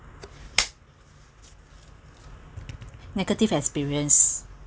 negative experience